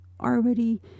already